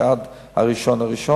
שעד 1 בינואר.